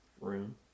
room